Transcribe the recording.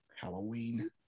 Halloween